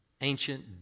Ancient